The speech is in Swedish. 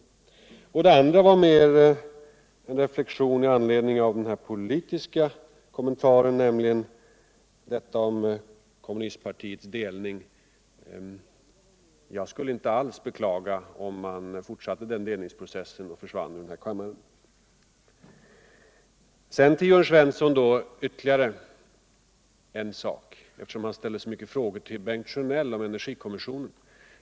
Det andra yttrandet var mera en reflexion i anledning av den poliviska kommentaren om kommunistpartiets delning. Jag skulle inte alls beklaga om man fortsatte denna delningsprocess och försvann ur denna kammare. Sedan vill jag säga ytterligare en sak till Jörn Svensson, som ställde så många frågor till Bengt Sjönell om energikommissionen.